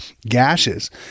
gashes